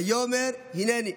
ויאמר: הינני.